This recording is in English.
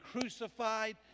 crucified